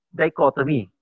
dichotomy